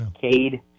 Cade